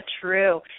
true